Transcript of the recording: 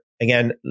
again